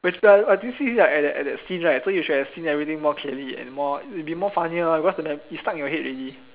at that at that scene right so you should have seen everything more clearly and more it will be more funnier because it's stuck in your head already